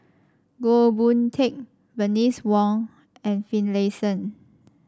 Goh Boon Teck Bernice Wong and Finlayson